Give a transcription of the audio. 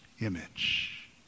image